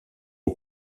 aux